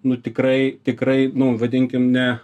nu tikrai tikrai nu vadinkim ne